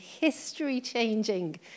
history-changing